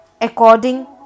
According